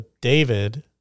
David